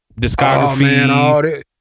discography